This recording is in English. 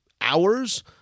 hours